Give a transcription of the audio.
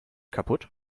kaputt